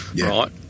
right